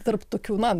tarp tokių na